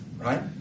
right